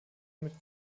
mit